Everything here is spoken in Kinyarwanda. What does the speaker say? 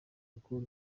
alcool